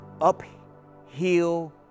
uphill